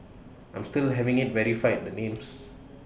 I'm still having IT verified the names